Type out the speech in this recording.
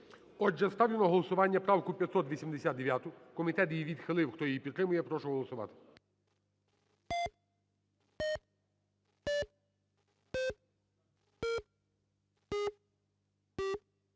Я ставлю на голосування поправку 592, комітет її відхилив. Хто її підтримує, прошу голосувати.